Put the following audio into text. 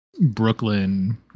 brooklyn